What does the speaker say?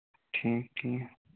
ٹھیٖک ٹھیٖک